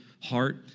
heart